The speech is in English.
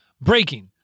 breaking